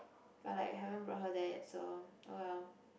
but like haven't brought her there yet so oh well